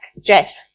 Jeff